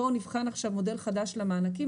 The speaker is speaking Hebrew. בואו נבחן עכשיו מודל חדש למענקים.